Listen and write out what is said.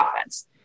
offense